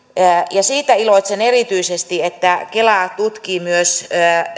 siitä iloitsen erityisesti että kela tutkii myös